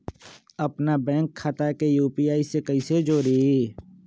अपना बैंक खाता के यू.पी.आई से कईसे जोड़ी?